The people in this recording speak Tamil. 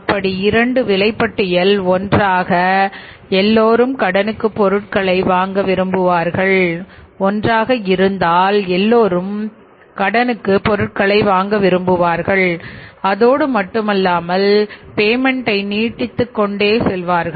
அப்படி இரண்டு விலைப்பட்டியல் ஒன்றாக எல்லோரும் கடனுக்கு பொருட்களை வாங்க விரும்புவார்கள் அதோடு மட்டுமல்லாமல் பேமெண்ட்ஐ நீட்டிக் கொண்டே செல்வார்கள்